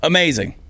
Amazing